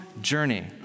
journey